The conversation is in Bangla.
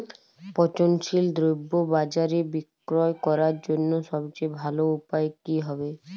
পচনশীল দ্রব্য বাজারে বিক্রয় করার জন্য সবচেয়ে ভালো উপায় কি হবে?